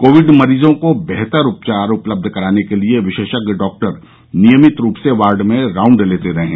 Covid मरीजों को बेहतर उपचार उपलब्ध कराने के लिए विशेषज्ञ डाक्टर नियमित रूप से वार्ड में राउण्ड लेते रहें